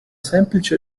semplice